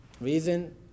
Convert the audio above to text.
reason